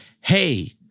Hey